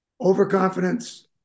overconfidence